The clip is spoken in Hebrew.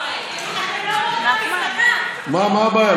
אתם לא באותה מפלגה, מה, מה הבעיה?